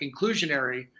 inclusionary